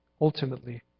ultimately